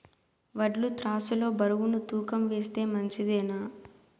వడ్లు త్రాసు లో బరువును తూకం వేస్తే మంచిదేనా?